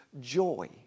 joy